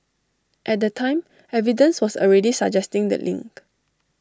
at the time evidence was already suggesting the link